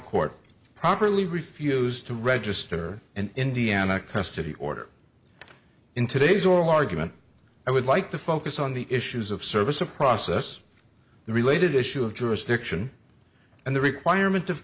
court properly refused to register an indiana custody order in today's oral argument i would like to focus on the issues of service of process the related issue of jurisdiction and the requirement of